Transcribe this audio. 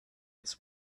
its